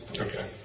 Okay